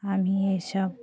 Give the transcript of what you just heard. আমি এইসব